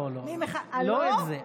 לא, לא את זה.